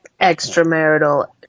extramarital